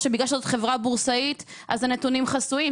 או בגלל שזו חברה בורסאית הנתונים חסויים?